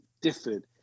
differed